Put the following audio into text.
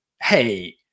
hey